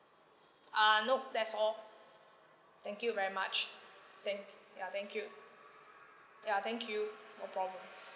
uh nope that's all thank you very much thank ya thank you ya thank you no problem